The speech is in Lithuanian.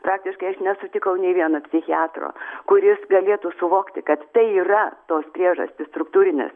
praktiškai aš nesutikau nei vieno psichiatro kuris galėtų suvokti kad tai yra tos priežastys struktūrinės